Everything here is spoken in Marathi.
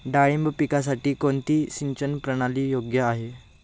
डाळिंब पिकासाठी कोणती सिंचन प्रणाली योग्य आहे?